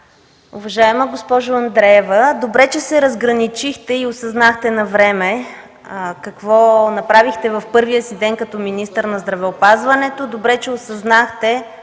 Уважаема госпожо Андреева, добре че се разграничихте и осъзнахте навреме какво направихте в първия си ден като министър на здравеопазването. Добре, че осъзнахте